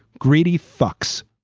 greedy fucks.